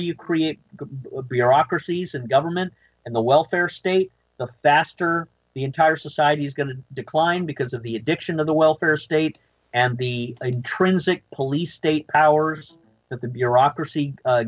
of government and the welfare state the faster the entire society is going to decline because of the addiction of the welfare state and the transit police state powers that the bureaucracy